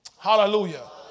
Hallelujah